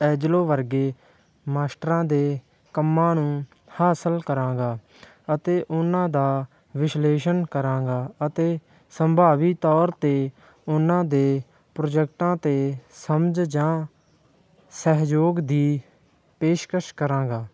ਐਜਲੋ ਵਰਗੇ ਮਾਸਟਰਾਂ ਦੇ ਕੰਮਾਂ ਨੂੰ ਹਾਸਿਲ ਕਰਾਂਗਾ ਅਤੇ ਉਹਨਾਂ ਦਾ ਵਿਸ਼ਲੇਸ਼ਣ ਕਰਾਂਗਾ ਅਤੇ ਸੰਭਾਵੀ ਤੌਰ 'ਤੇ ਉਹਨਾਂ ਦੇ ਪ੍ਰੋਜੈਕਟਾਂ ਅਤੇ ਸਮਝ ਜਾਂ ਸਹਿਯੋਗ ਦੀ ਪੇਸ਼ਕਸ਼ ਕਰਾਂਗਾ